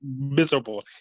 miserable